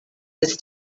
this